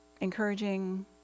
encouraging